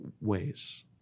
ways